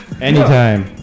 Anytime